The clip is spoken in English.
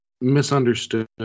misunderstood